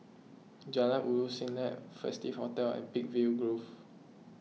Jalan Ulu Siglap Festive Hotel and Peakville Grove